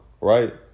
right